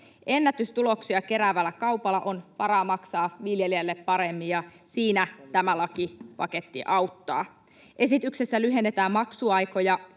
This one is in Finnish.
Ennätystuloksia keräävällä kaupalla on varaa maksaa viljelijälle paremmin, ja siinä tämä lakipaketti auttaa. Esityksessä lyhennetään maksuaikoja,